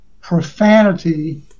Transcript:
profanity